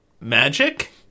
magic